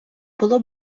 було